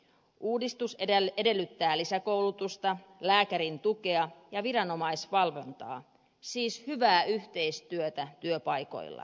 uudistus edellyttää lisäkoulutusta lääkärin tukea ja viranomaisvalvontaa siis hyvää yhteistyötä työpaikoilla